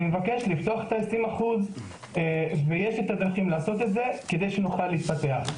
אני מבקש לפתוח את ה-20% ויש דרכים לעשות את זה כדי שנוכל להתפתח.